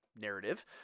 narrative